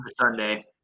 Sunday